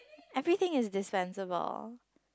everything is the sensible